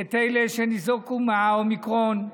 את אלה שניזוקו מהאומיקרון.